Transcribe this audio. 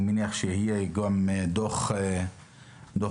אני מניח שיהיה גם דוח משלים,